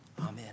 amen